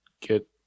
get